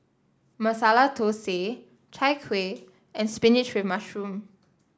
Masala Thosai Chai Kuih and spinach with mushroom